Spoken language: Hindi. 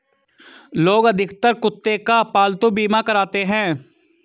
लोग अधिकतर कुत्ते का पालतू बीमा कराते हैं